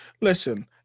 listen